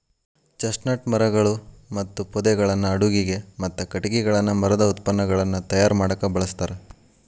chestnut ಮರಗಳು ಮತ್ತು ಪೊದೆಗಳನ್ನ ಅಡುಗಿಗೆ, ಮತ್ತ ಕಟಗಿಗಳನ್ನ ಮರದ ಉತ್ಪನ್ನಗಳನ್ನ ತಯಾರ್ ಮಾಡಾಕ ಬಳಸ್ತಾರ